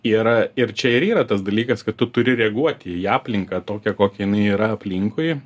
yra ir čia ir yra tas dalykas kad tu turi reaguoti į aplinką tokią kokia jinai yra aplinkui